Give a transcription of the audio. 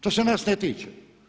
To se nas ne tiče.